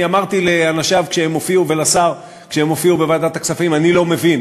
אני אמרתי לאנשיו ולשר כשהם הופיעו בוועדת הכספים: אני לא מבין